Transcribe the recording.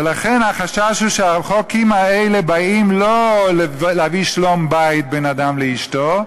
ולכן החשש הוא שהחוקים האלה באים לא להביא שלום-בית בין אדם לאשתו,